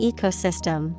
Ecosystem